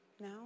now